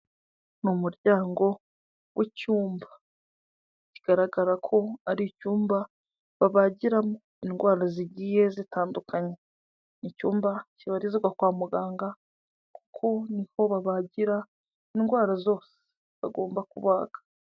Ni umuryango w'icyumba, kigaragara ko ari icyumba babagiramo indwara zigiye zitandukanye, icyumba kibarizwa kwa muganga kuko niho babagira indwara zose bagomba kubaga.